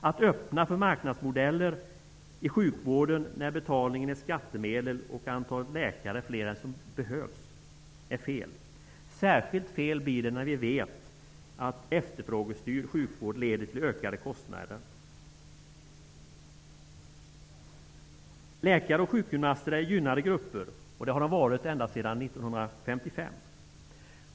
Att öppna för marknadsmodeller i sjukvården när betalningen är skattemedel och antalet läkare fler än vad som behövs är fel. Särskilt fel blir det när vi vet att efterfrågestyrd sjukvård leder till ökade kostnader. Läkare och sjukgymnaster är gynnade grupper, och det har de varit ända sedan 1955.